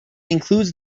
includes